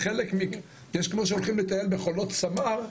כמו שהולכים לטייל בחולות סמר,